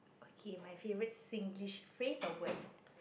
okay my favorite Singlish phrase or word